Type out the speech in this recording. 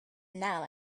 now